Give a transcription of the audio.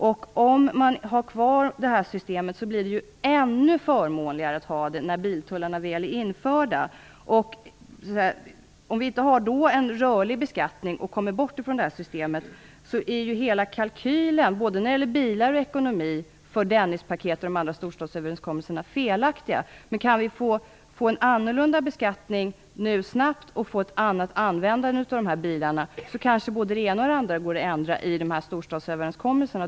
Om man har kvar systemet blir det ännu förmånligare när biltullarna väl är införda. Om vi då inte har en rörlig beskattning och kommer bort från systemet är hela kalkylen för Dennispaketet och de andra storstadsöverenskommelserna, vad gäller både bilar och ekonomi, felaktig. Kan vi snabbt få en annorlunda beskattning och ett annat användande av bilarna kanske både det ena och det andra går att ändra i storstadsöverenskommelserna.